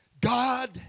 God